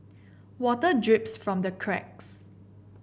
water drips from the cracks